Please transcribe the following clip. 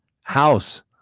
house